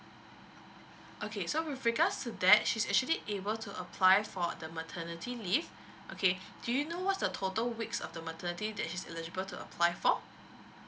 okay so with regards to that she is actually able to apply for the maternity leave okay do you know what's the total weeks of the maternity that she is eligible to apply for